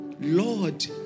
Lord